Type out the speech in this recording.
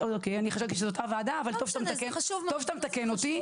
אוקיי אני חשבתי שזו אותה הוועדה אבל טוב שאתה מתקן אותי,